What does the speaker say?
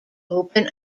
open